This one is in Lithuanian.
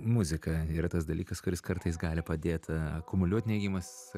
muzika yra tas dalykas kuris kartais gali padėti akumuliuot neigiamas